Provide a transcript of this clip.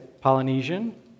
Polynesian